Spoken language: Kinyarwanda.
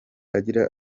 agira